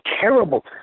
terrible